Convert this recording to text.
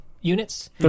units